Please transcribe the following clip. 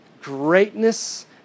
greatness